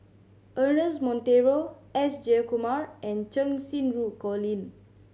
Ernest Monteiro S Jayakumar and Cheng Xinru Colin